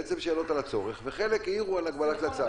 בעצם שאלות על הצורך, וחלק העירו על הגבלה של הצו.